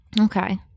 Okay